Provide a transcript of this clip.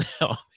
now